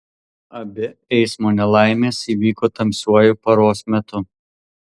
abi eismo nelaimės įvyko tamsiuoju paros metu